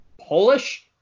Polish